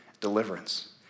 deliverance